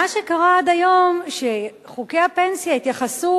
מה שקרה עד היום זה שחוקי הפנסיה התייחסו